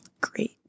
Great